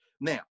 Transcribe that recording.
Now